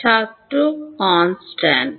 ছাত্র কনস্ট্যান্ট